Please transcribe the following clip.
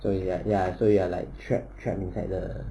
so it's like ya so you're like trapped trapped inside the